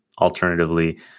alternatively